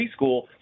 preschool